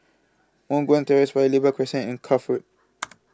Moh Guan Terrace Paya Lebar Crescent and Cuff Road